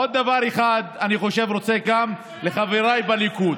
ועוד דבר אחד אני רוצה לומר, גם לחבריי בליכוד.